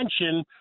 attention